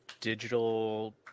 digital